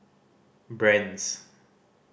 brand's